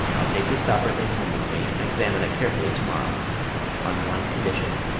i'll take this stopper thing home with me, and examine it carefully to-morrow on one condition.